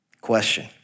Question